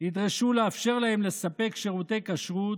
ידרשו לאפשר להם לספק שירותי כשרות,